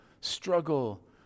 struggle